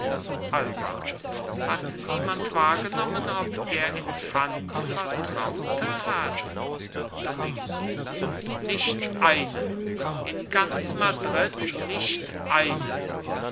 alba hat niemand wahrgenommen ob der infant vertraute hat domingo nicht einen in ganz madrid nicht einen